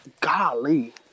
Golly